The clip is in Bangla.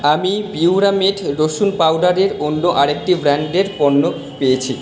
আমি পিউরামেট রসুন পাউডারের অন্য আরেকটি ব্র্যাণ্ডের পণ্য পেয়েছি